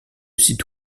site